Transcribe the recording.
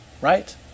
Right